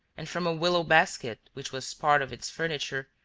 and from a willow basket which was part of its furniture,